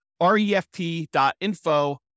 refp.info